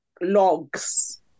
logs